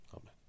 Amen